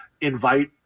invite-